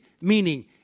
meaning